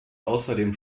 außerdem